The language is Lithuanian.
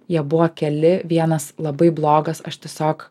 jie buvo keli vienas labai blogas aš tiesiog